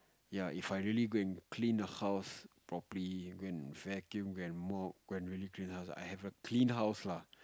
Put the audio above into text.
ya If I really go and clean the house properly go and vacuum go and mop go and really clean the house I'll have a clean house lah